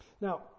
Now